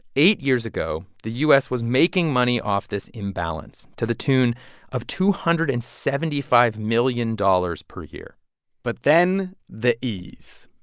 eight years ago, the u s. was making money off this imbalance to the tune of two hundred and seventy five million dollars per year but then, the e's.